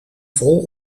vol